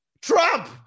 Trump